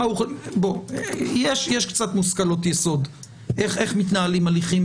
יש קצת מושכלות יסוד איך מתנהלים הליכים